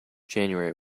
january